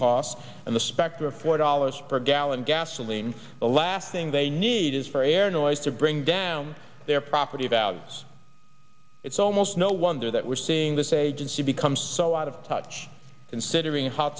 costs and the specter of core dollars per gallon gasoline the last thing they need is for air noise to bring down their property values it's almost no wonder that we're seeing this agency become so out of touch considering ho